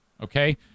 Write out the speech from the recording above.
okay